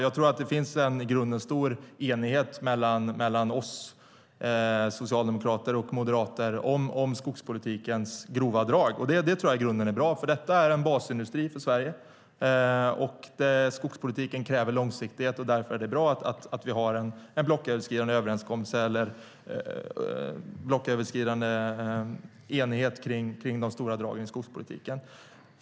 Jag tror att det i grunden finns en stor enighet mellan Socialdemokraterna och Moderaterna om de grova dragen i skogspolitiken. Det tror jag är bra. Detta är en basindustri för Sverige. Skogspolitiken kräver långsiktighet, och därför är det bra att vi har en blocköverskridande enighet om de stora dragen i skogspolitiken.